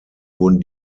wurden